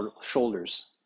shoulders